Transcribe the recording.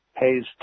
pays